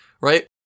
right